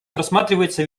просматривается